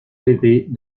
rêver